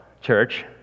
church